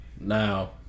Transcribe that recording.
now